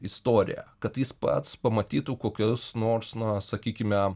istoriją kad jis pats pamatytų kokias nors na sakykime